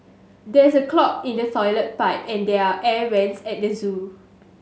there is a clog in the toilet pipe and there are air vents at the zoo